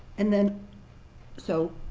and then so